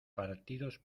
partidos